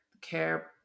care